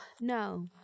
No